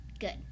Good